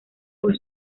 por